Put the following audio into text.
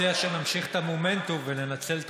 אני מציע שנמשיך את המומנטום וננצל את